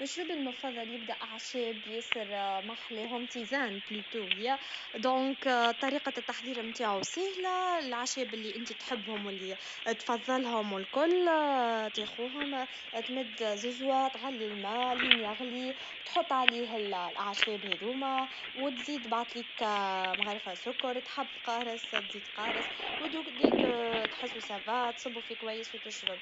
مشروبي المفضل هو القهوة. نحب نحضرها بطرق مختلفة، لكن الطريقة الأساسية هي نغلي الماء مع البن ونضيف شوية سكر. نحبها قوية ومركزة! زادة، نحب نجرب أنواع مختلفة من القهوة، كيما الإسبريسو أو القهوة التركية. كل نوع له طعمه الخاص، وهذا يجعل تجربة القهوة أكثر تنوعًا.